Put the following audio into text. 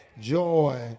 joy